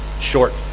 short